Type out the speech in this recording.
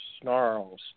snarls